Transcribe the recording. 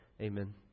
Amen